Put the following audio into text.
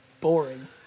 Boring